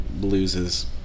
loses